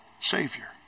savior